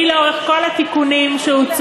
אני, לאורך כל התיקונים שהוצעו,